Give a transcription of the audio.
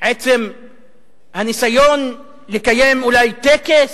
עצם הניסיון לקיים אולי טקס.